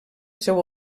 seu